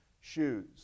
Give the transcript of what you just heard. shoes